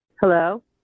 Hello